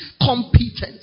Competence